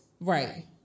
right